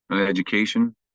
education